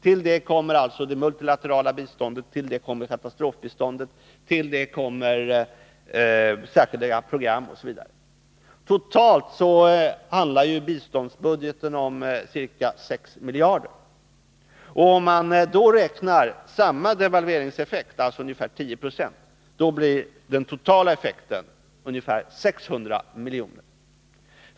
Till det kommer det multilaterala biståndet, katastrofbiståndet, särskilda program, osv. Totalt uppgår biståndsbudgeten till ca 6 miljarder. Om man räknar med samma devalveringseffekt — dvs. ungefär 10 90 — på hela biståndsbudgeten blir den totala effekten omkring 600 miljoner.